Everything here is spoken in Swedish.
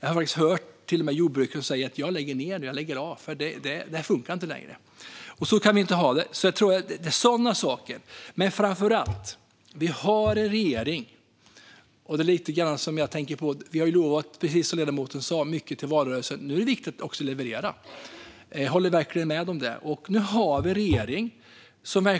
Jag har faktiskt till och med hört jordbrukare som säger: Jag lägger ned nu. Jag lägger av, för detta funkar inte längre. Så kan vi inte ha det. Jag tror att det är sådana saker. Precis som ledamoten sa har vi lovat mycket i valrörelsen. Nu är det viktigt att också leverera. Jag håller verkligen med om det. Nu har vi en regering som